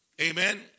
Amen